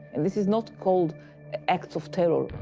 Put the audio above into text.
and this is not called acts of terror.